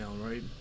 right